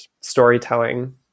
storytelling